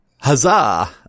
huzzah